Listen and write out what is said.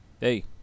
Hey